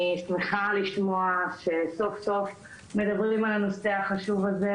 אני שמחה לשמוע שסוף סוף מדברים על הנושא החשוב הזה,